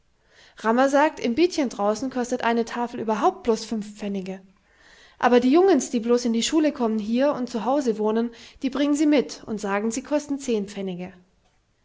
rammer sagt im biedchen draußen kostet eine tafel iberhaupt blos fünf pfennige aber die jungens die blos in die schule kommen hier und zu hause wohnen die bringen sie mit und sagen sie kosten zehn pfennige